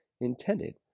intended